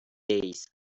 days